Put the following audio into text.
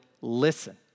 listen